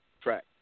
track